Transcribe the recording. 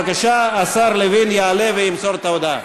בבקשה, השר לוין יעלה וימסור את ההודעה.